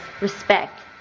respect